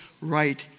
right